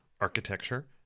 architecture